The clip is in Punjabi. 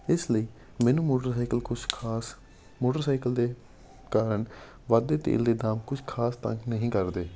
ਇਸ ਲਈ ਮੈਨੂੰ ਮੋਟਰਸਾਈਕਲ ਕੁਝ ਖਾਸ ਮੋਟਰਸਾਈਕਲ ਦੇ ਕਾਰਨ ਵੱਧਦੇ ਤੇਲ ਦੇ ਦਾਮ ਕੁਝ ਖਾਸ ਤੰਗ ਨਹੀਂ ਕਰਦੇ